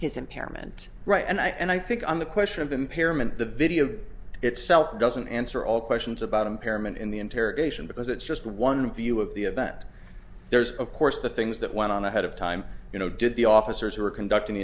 his impairment right and i think on the question of impairment the video itself doesn't answer all questions about impairment in the interrogation because it's just one view of the event there's of course the things that went on ahead of time you know did the officers who were conducting